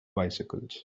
bicycles